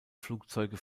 flugzeuge